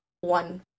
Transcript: one